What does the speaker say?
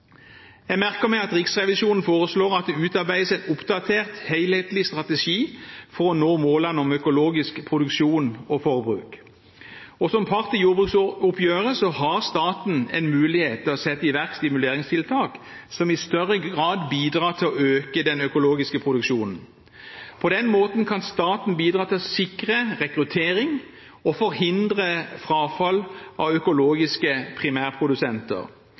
Jeg merker meg at Riksrevisjonen foreslår at det utarbeides en oppdatert helhetlig strategi for å nå målene om økologisk produksjon og forbruk. Som part i jordbruksoppgjøret har staten en mulighet til å sette i verk stimuleringstiltak som i større grad bidrar til å øke den økologiske produksjonen. På den måten kan staten bidra til å sikre rekruttering og forhindre frafall av økologiske primærprodusenter.